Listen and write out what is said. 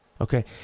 Okay